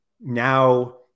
now